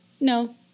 no